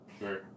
Sure